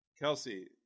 Kelsey